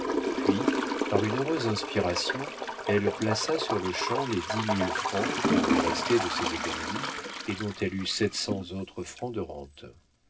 puis par une heureuse inspiration elle plaça sur-le-champ les dix mille francs qui lui restaient de ses économies et dont elle eut sept cents autres francs de rente